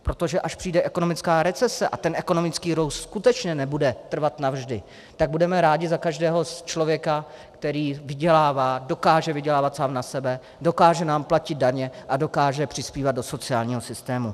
Protože až přijde ekonomická recese, a ten ekonomický růst skutečně nebude trvat navždy, tak budeme rádi za každého člověka, který vydělává, dokáže vydělávat sám na sebe, dokáže nám platit daně a dokáže přispívat do sociálního systému.